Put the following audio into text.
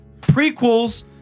prequels